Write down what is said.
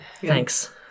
Thanks